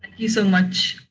you so much,